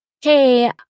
hey